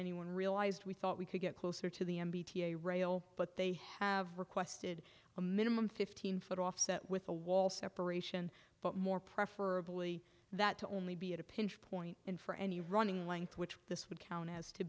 anyone realized we thought we could get closer to the m b t a rail but they have requested a minimum fifteen foot offset with a wall separation but more preferably that to only be at a pinch point and for any running length which this would count as to